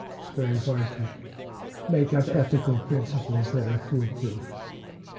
it's very hard to make up ethical principles that are foolproof.